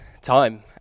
time